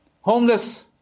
homeless